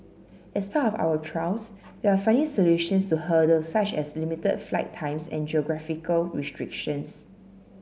as part of our trials we are finding solutions to hurdle such as limited flight times and geographical restrictions